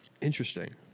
Interesting